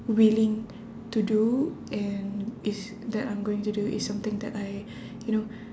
willing to do and is that I'm going to do is something that I you know